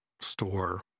store